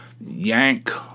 yank